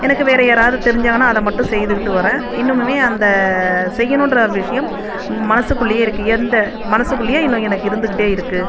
எனக்கு வேற யாராவது தெரிஞ்சாங்கன்னா அதை மட்டும் செய்துக்கிட்டு வரேன் இன்னுமுமே அந்த செய்யணும்ற விஷியம் மனசுக்குள்ளையே இருக்கு எந்த மனசுக்குள்ளையே இன்னும் எனக்கு இருந்துக்கிட்டே இருக்குது